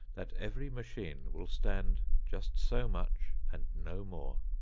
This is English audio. that every machine will stand just so much and no more.